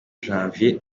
janvier